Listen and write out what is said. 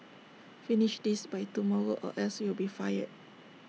finish this by tomorrow or else you will be fired